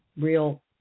real